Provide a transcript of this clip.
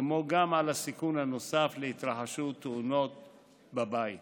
כמו גם על הסיכון הנוסף להתרחשות תאונות בבית.